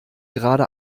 gerade